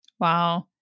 Wow